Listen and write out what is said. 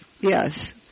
yes